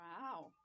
Wow